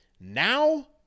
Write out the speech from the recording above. Now